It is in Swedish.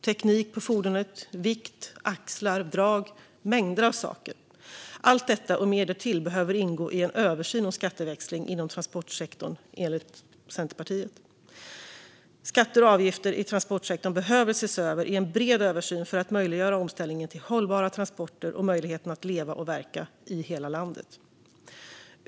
Teknik på fordonet, vikt, axlar, drag och mängder av saker - allt detta och mer därtill behöver ingå i en översyn om skatteväxling inom transportsektorn, enligt Centerpartiet. Skatter och avgifter i transportsektorn behöver ses över i en bred översyn för att möjliggöra omställningen till hållbara transporter och möjligheten att leva och verka i hela landet.